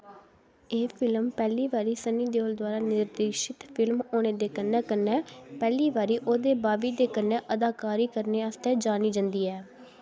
एह् फिल्म पैह्ली बारी सनी देओल द्वारा निर्देशित फिल्म होने दे कन्नै कन्नै पैह्ली बारी ओह्दे बाबी दे कन्नै अदाकारी करने आस्तै जानी जंदी ऐ